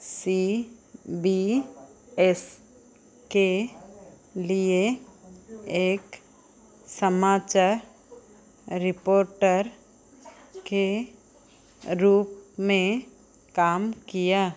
सी B S के लिए एक समाचार रिपोटर के रूप में काम किया